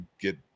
get